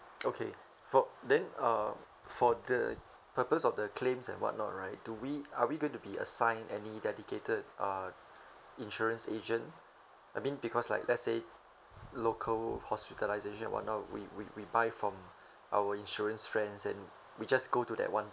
okay for then uh for the purpose of the claims and whatnot right do we are we going to be assigned any dedicated uh insurance agent I mean because like let's say local hospitalisation one off we we we buy from our insurance friends and we just go to that one